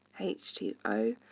h two o.